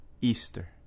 Easter